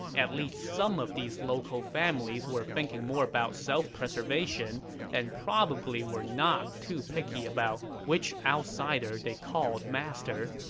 at least some of these local families were thinking more about self-preservation and probably were not too picky about which outsider they called master,